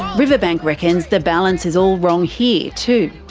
riverbank reckons the balance is all wrong here, too.